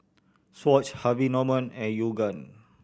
Swatch Harvey Norman and Yoogane